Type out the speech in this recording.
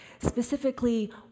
specifically